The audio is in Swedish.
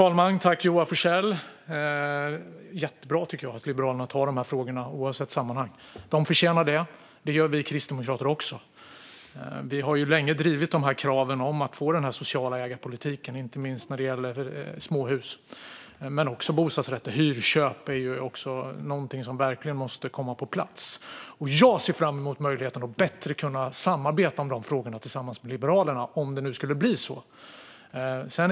Fru talman! Tack, Joar Forssell! Det är jättebra att Liberalerna tar de här frågorna oavsett sammanhang. Det gör vi kristdemokrater också, för frågorna förtjänar det. Vi har ju länge drivit kraven om att få den här sociala ägarpolitiken, inte minst när det gäller småhus men också gällande bostadsrätter. Hyrköp är också någonting som verkligen måste komma på plats. Jag ser fram emot möjligheten att bättre kunna samarbeta om dessa frågor tillsammans med Liberalerna, om det nu skulle bli så.